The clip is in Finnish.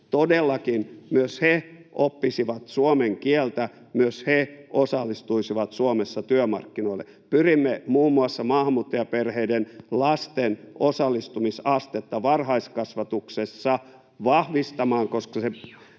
kotirouvat oppisivat suomen kieltä ja myös he osallistuisivat Suomessa työmarkkinoille. Pyrimme muun muassa maahanmuuttajaperheiden lasten osallistumisastetta varhaiskasvatuksessa vahvistamaan, koska se